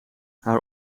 haar